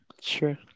Sure